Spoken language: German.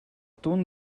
tun